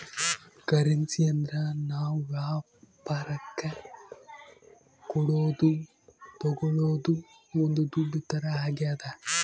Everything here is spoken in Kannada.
ಕರೆನ್ಸಿ ಅಂದ್ರ ನಾವ್ ವ್ಯಾಪರಕ್ ಕೊಡೋದು ತಾಗೊಳೋದು ಒಂದ್ ದುಡ್ಡು ತರ ಆಗ್ಯಾದ